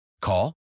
Call